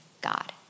God